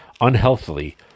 unhealthily